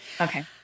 Okay